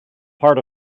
part